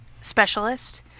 specialist